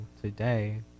today